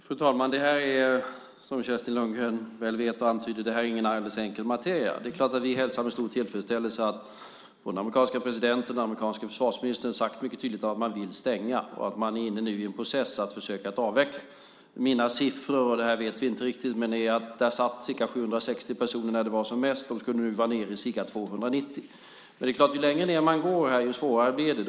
Fru talman! Det här är ingen alldeles enkel materia, som Kerstin Lundgren väl vet och antyder. Det är klart att vi hälsar med stor tillfredsställelse att både den amerikanska presidenten och den amerikanska försvarsministern mycket tydligt har sagt att man vill stänga och att man nu är inne i en process för att försöka avveckla basen. Mina siffror - och vi vet inte riktigt om de stämmer - är att det satt ca 760 personer där när det var som mest. Nu ska det vara nere i ca 290. Ju längre ned man går här, desto svårare blir det.